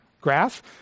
graph